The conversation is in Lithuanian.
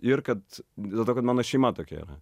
ir kad dėl to kad mano šeima tokia yra